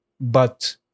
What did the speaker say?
but-